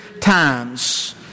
times